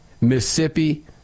Mississippi